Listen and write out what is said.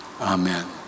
Amen